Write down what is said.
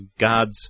God's